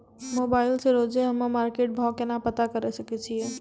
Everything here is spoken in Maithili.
मोबाइल से रोजे हम्मे मार्केट भाव केना पता करे सकय छियै?